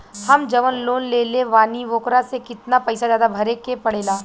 हम जवन लोन लेले बानी वोकरा से कितना पैसा ज्यादा भरे के पड़ेला?